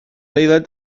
aelod